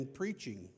preaching